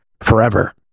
forever